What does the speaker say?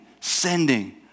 Sending